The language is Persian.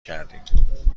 کردیم